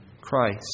Christ